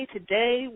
Today